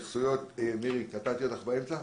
מירי, קטעתי אותך באמצע.